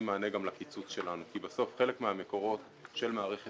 מענה גם לקיצוץ שלנו כי בסוף חלק מהמקורות של מערכת